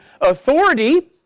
authority